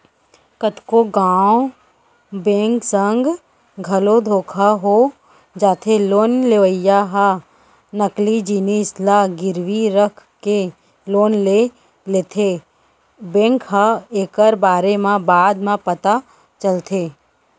कतको घांव बेंक संग घलो धोखा हो जाथे लोन लेवइया ह नकली जिनिस ल गिरवी राखके लोन ले लेथेए बेंक ल एकर बारे म बाद म पता चलथे